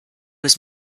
his